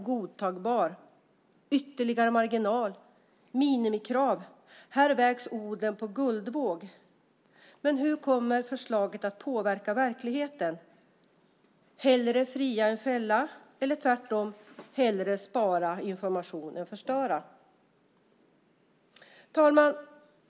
"Godtagbar", "ytterligare marginal", "minimikrav" - här vägs orden på guldvåg. Men hur kommer förslaget att påverka verkligheten - hellre fria än fälla eller, tvärtom, hellre spara information än förstöra? Herr talman!